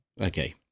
Okay